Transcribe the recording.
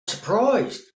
surprised